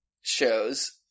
shows